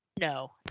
No